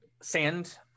sand